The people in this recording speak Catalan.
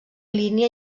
línia